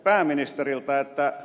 kysyisin pääministeriltä